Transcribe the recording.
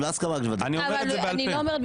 אני אומרת,